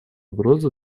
угрозу